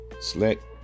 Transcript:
select